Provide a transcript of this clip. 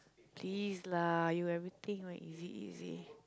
please lah you everything like easy easy